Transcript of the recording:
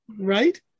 Right